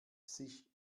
sich